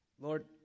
Lord